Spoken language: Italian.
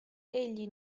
egli